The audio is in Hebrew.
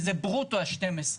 וזה ברוטו ה-12.